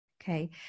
Okay